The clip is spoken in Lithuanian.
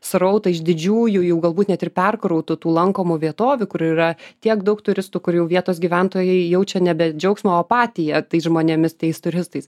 srautą iš didžiųjų jau galbūt net ir perkrautų lankomų vietovių kur yra tiek daug turistų kur jau vietos gyventojai jaučia nebe džiaugsmą o apatiją tais žmonėmis tais turistais